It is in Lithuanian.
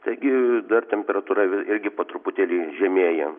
taigi dar temperatūra irgi po truputėlį žemėja